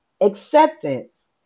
acceptance